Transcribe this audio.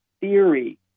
theory